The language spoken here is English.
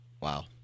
Wow